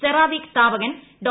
CERAWeek സ്ഥാപകൻ ഡോ